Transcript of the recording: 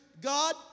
God